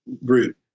root